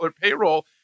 payroll